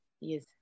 Yes